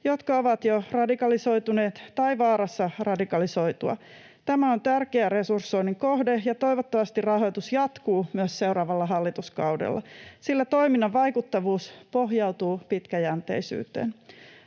jotka ovat jo radikalisoituneet tai vaarassa radikalisoitua. Tämä on tärkeä resursoinnin kohde, ja toivottavasti rahoitus jatkuu myös seuraavalla hallituskaudella, sillä toiminnan vaikuttavuus pohjautuu pitkäjänteisyyteen.